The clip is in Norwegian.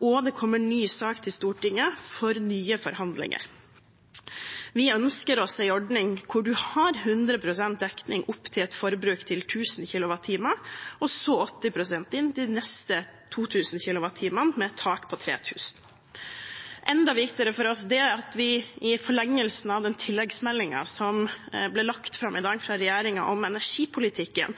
og det kommer en ny sak til Stortinget for nye forhandlinger. Vi ønsker oss en ordning hvor man har 100 pst. dekning opp til et forbruk på 1 000 kWh og så 80 pst. til de neste 2 000 kWh, med et tak på 3 000. Enda viktigere for oss er det at vi i forlengelsen av tilleggsmeldingen som ble lagt fram av regjeringen i dag om energipolitikken,